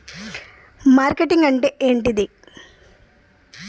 Marketing అంటే ఏంటిది?